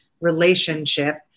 relationship